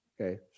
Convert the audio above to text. Okay